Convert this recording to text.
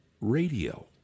radio